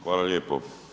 Hvala lijepo.